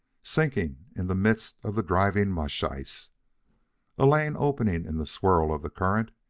sinking in the midst of the driving mush-ice. a lane opening in the swirl of the current,